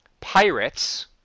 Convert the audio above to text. pirates